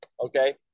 okay